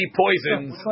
poisons